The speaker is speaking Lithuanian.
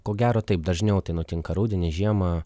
ko gero taip dažniau tai nutinka rudenį žiemą